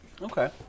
Okay